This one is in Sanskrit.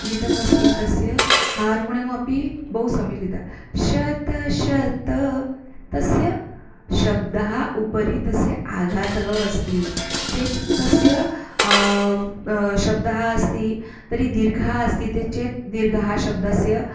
गीतमस्ति तस्य हार्मोणियम् अपि बहु सम्यक् रीता शतं शतं तस्य शब्दः उपरि तस्य आघातः अस्ति चेत् तस्य शब्दः अस्ति तर्हि दीर्घः अस्ति ते चेत् दीर्घः शब्दस्य